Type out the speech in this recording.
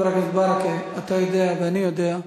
חבר הכנסת ברכה, אתה יודע ואני יודע.